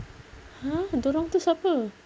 !huh! dorang tu siapa